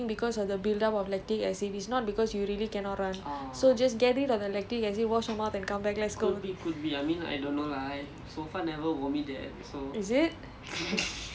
ya but the the reason why my coach always push right his logic is like oh you are only vomiting because of the buildup of lactic acid it's not because you really cannot run so just get it out the lactic acid wash your mouth and come back let's go